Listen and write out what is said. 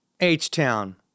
H-Town